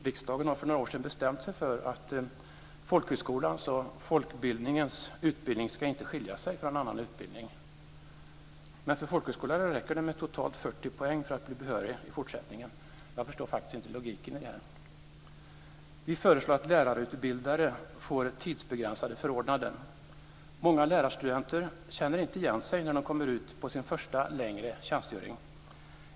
Riksdagen har för några år sedan bestämt sig för att folkhögskolans och folkbildningens utbildning inte ska skilja sig från annan utbildning. Men för folkhögskolelärare räcker det med totalt 40 poäng för att bli behöriga i fortsättningen. Jag förstår faktiskt inte logiken i detta. Vi föreslår att lärarutbildare får tidsbegränsade förordnanden. Många lärarstudenter känner inte igen sig när de kommer ut på sin första längre tjänstgöring.